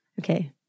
Okay